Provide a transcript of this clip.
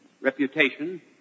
reputation